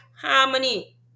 harmony